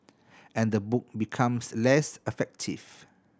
and the book becomes less effective